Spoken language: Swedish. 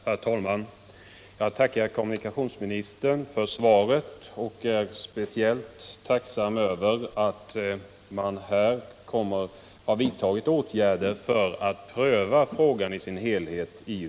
Herr talman! Jag tackar kommunikationsministern för svaret och är speciellt tacksam över att regeringen vidtagit åtgärder för att pröva frågan i dess helhet.